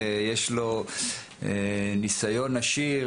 שיש לו ניסיון עשיר